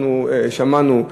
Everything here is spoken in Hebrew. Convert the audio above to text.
אנחנו שמענו,